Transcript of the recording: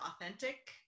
authentic